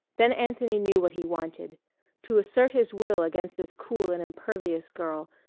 then anthony knew what he wanted to assert his will against this cool and impervious girl,